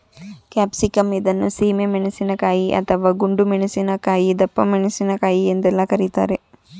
capsicum ಇದನ್ನು ಸೀಮೆ ಮೆಣಸಿನಕಾಯಿ, ಅಥವಾ ಗುಂಡು ಮೆಣಸಿನಕಾಯಿ, ದಪ್ಪಮೆಣಸಿನಕಾಯಿ ಎಂದೆಲ್ಲ ಕರಿತಾರೆ